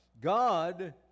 God